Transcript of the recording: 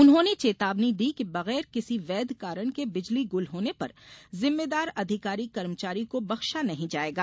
उन्होंने चेतावनी दी कि बगैर किसी वैध कारण के बिजली गुल होने पर जिम्मेदार अधिकारी कर्मचारी को बख्शा नहीं जाएगा